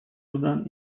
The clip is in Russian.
судан